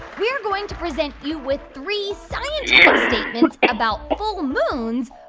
we are going to present you with three scientific statements about full moons.